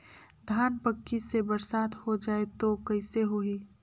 धान पक्की से बरसात हो जाय तो कइसे हो ही?